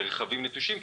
לרכבים נטושים,